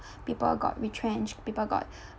people got retrenched people got